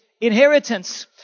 inheritance